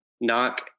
Knock